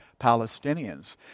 Palestinians